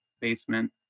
basement